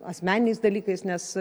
asmeniniais dalykais nes